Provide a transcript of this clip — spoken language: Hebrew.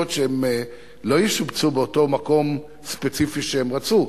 שהם לא ישובצו באותו מקום ספציפי שהם רצו,